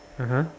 (uh huh)